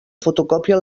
fotocòpia